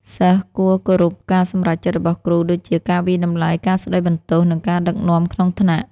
សិស្សគួរគោរពការសម្រេចចិត្តរបស់គ្រូ ដូចជា ការវាយតម្លៃ ការស្តីបន្ទោស និងការដឹកនាំក្នុងថ្នាក់។